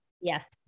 Yes